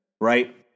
right